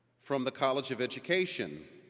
from the college of education,